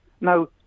Now